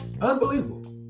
Unbelievable